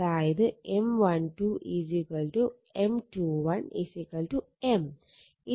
അതായത് M12 M21 M